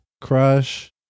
crush